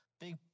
big